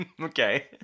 Okay